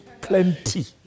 Plenty